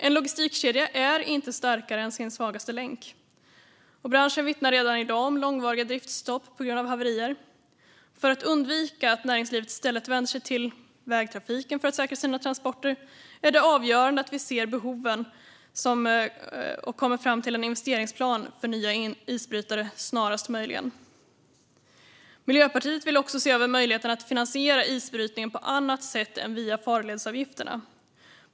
En logistikkedja är inte starkare än sin svagaste länk, och branschen vittnar redan i dag om långvariga driftsstopp på grund av haverier. För att undvika att näringslivet i stället vänder sig till vägtrafiken för att säkra sina transporter är det avgörande att vi ser behoven och snarast möjligt kommer fram till en investeringsplan för nya isbrytare. Miljöpartiet vill också se över möjligheten att finansiera isbrytningen på annat sätt än via farledsavgifterna.